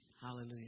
Hallelujah